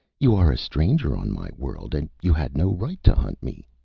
you are a stranger on my world and you had no right to hunt me.